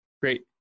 Great